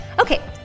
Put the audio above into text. Okay